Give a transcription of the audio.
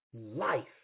life